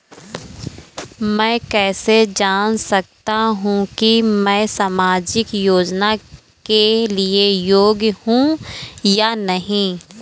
मैं कैसे जान सकता हूँ कि मैं सामाजिक योजना के लिए योग्य हूँ या नहीं?